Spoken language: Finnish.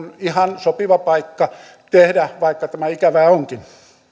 ihan sopiva paikka tehdä vaikka tämä ikävää onkin